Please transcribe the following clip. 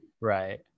right